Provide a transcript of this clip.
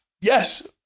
yes